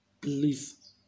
Please